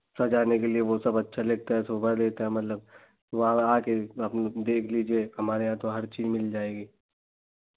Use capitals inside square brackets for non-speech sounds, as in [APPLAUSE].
सजाने के लिये वह सब अच्छा लगता है शोभा देता है मतलब वहाँ [UNINTELLIGIBLE] आ कर आप देख लीजिए हमारे यहाँ तो हर चीज़ मिल जाएगी